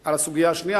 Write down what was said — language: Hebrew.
על הסוגיה השנייה,